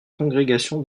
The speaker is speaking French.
congrégation